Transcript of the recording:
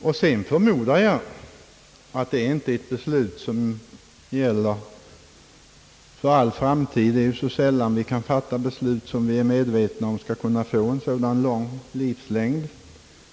Jag förmodar att det inte är ett beslut som gäller för all framtid, Vi kan sällan fatta beslut som vi är medvetna om skall få så lång livslängd.